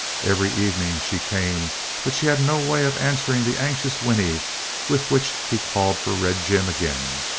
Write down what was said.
every evening she came but she had no way of answering the anxious whinny with which he called for red jim again.